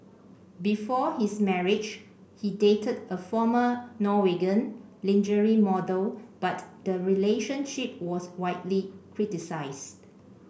before his marriage he dated a former Norwegian lingerie model but the relationship was widely criticised